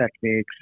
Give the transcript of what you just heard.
techniques